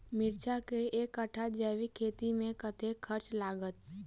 मिर्चा केँ एक कट्ठा जैविक खेती मे कतेक खर्च लागत?